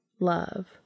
love